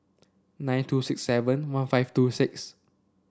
nine two six seven one five two six